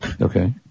Okay